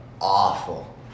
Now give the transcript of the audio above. awful